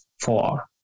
four